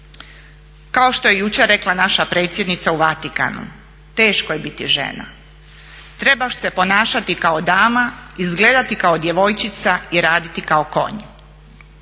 Kao što je jučer rekla naša predsjednica u Vatikanu, teško je biti žena. Trebaš se ponašati kao dama, izgledati kao djevojčica i raditi kao konj.